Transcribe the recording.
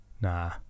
Nah